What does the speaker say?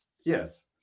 Yes